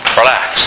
relax